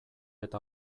eta